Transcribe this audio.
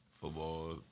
football